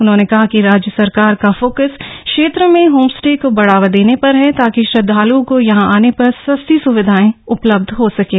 उन्होंने कहा कि राज्य सरकार का फोकस क्षेत्र में होमस्टे को बढ़ावा देने पर है ताकि श्रद्वालुओं को यहां आने पर सस्ती सुविधाएं उपलब्ध हो सकें